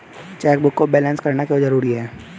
Chequebook को balance करना क्यों जरूरी है?